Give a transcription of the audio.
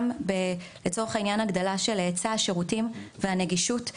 גם בהגדלה של היצע השירותים והנגישות,